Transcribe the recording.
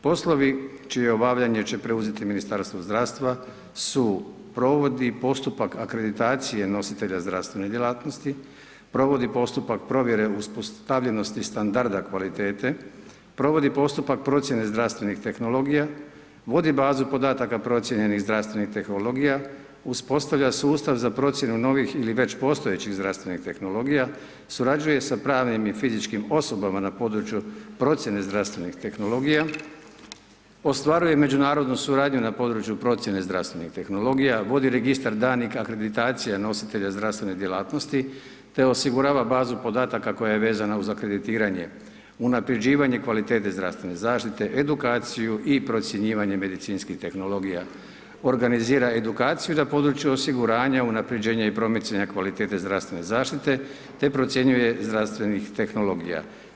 Poslovi čije obavljanje će preuzeti Ministarstvo zdravstva su: provodi postupak akreditacije nositelja zdravstvene djelatnosti, provodi postupak provjere uspostavljenosti standarda kvalitete, provodi postupak procjene zdravstvenih tehnologija, vodi bazu podataka procijenjenih zdravstvenih tehnologija, uspostavlja sustav za procjenu novih ili već postojećih zdravstvenih tehnologija, surađuje sa pravnim i fizičkim osobama na području procjene zdravstvenih tehnologija, ostvaruje međunarodnu suradnju na području procjene zdravstvenih tehnologija, vodi registar danih akreditacija nositelja zdravstvene djelatnosti, te osigurava bazu podataka koja je vezana uz akreditiranje, unapređivanje kvalitete zdravstvene zaštite, edukaciju i procjenjivanje medicinskih tehnologija, organizira edukaciju na području osiguranja unapređenja i promicanja kvalitete zdravstvene zaštite, te procjenjuje zdravstvenih tehnologija.